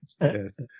yes